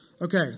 Okay